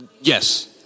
Yes